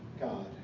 God